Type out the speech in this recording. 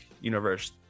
Universe